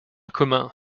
commun